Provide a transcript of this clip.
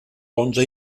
onze